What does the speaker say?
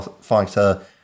fighter